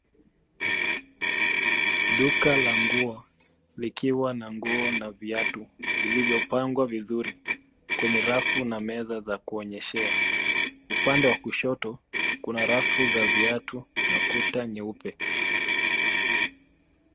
Duka la nguo, likiwa na nguo na viatu vilivyopangwa vizuri, kwenye rafu na meza za kuonyeshea. Upande wa kushoto, kuna rafu za viatu na kuta nyeupe.